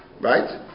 Right